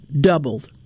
doubled